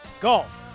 golf